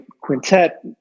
quintet